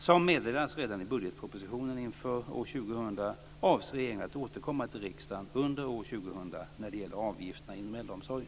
Som meddelades redan i budgetpropositionen inför år 2000 avser regeringen att återkomma till riksdagen under år 2000 när det gäller avgifterna inom äldreomsorgen.